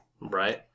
Right